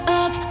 up